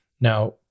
Now